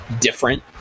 different